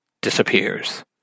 disappears